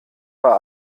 war